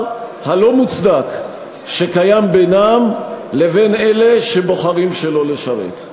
הלא-מוצדק שקיים בינם לבין אלה שבוחרים שלא לשרת.